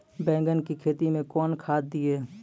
बैंगन की खेती मैं कौन खाद दिए?